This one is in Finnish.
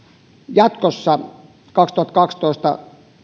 jatkossa vuodesta kaksituhattakaksitoista